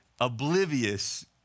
oblivious